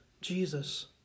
Jesus